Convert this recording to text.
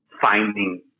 finding